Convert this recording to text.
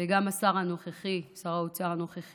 וגם של השר הנוכחי, שר האוצר הנוכחי